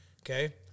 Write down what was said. Okay